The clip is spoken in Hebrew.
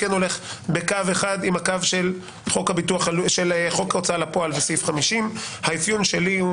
הולך בקו אחד עם הקו של חוק ההוצאה לפועל בסעיף 50 הוא שכאשר